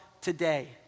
today